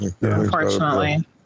unfortunately